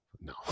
No